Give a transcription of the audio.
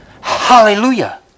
Hallelujah